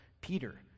Peter